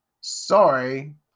Sorry